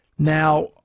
Now